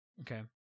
Okay